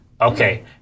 Okay